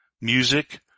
music